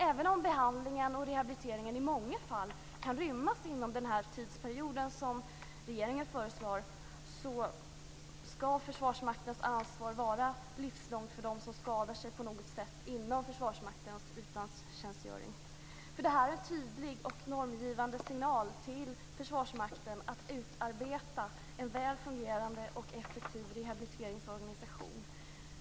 Även om behandlingen och rehabiliteringen i många fall kan rymmas inom den tidsperiod som regeringen föreslår skall Försvarsmaktens ansvar vara livslångt för dem som skadar sig på något sätt inom Försvarsmaktens utlandstjänstgöring. Det här är en tydlig och normgivande signal till Försvarsmakten att utarbeta en väl fungerande och effektiv rehabiliteringsorganisation.